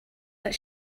that